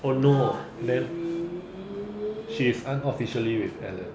oh no then she is unofficially with alan